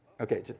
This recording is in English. Okay